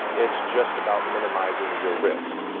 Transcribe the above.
it's just about minimizing your risk.